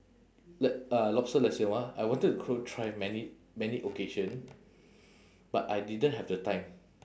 l~ uh lobster nasi lemak I wanted go try many many occasion but I didn't have the time